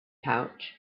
pouch